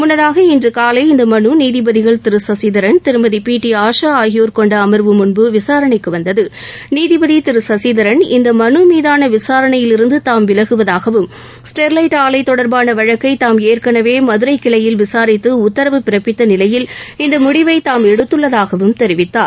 முன்னதாக இன்று காலை இந்த மனு நீதிபதிகள் திரு சசிதரன் திருமதி பி டி ஆஷா ஆகியோர் கொண்ட அமர்வுமுன் விசாரணைக்கு வந்தது நீதிபதி திரு சசிதரன் இந்த மனு மீதான விசாரணையிலிருந்து தாம் விலகுவதாகவும் ஸ்டெர்லைட் ஆலை தொடர்பான வழக்கை தாம் ஏற்கனவே மதுரை கிளையில் விசாரித்து உத்தரவு பிறப்பித்த நிலையில் இந்த முடிவை தாம் எடுத்துள்ளதாகவும் தெரிவித்தார்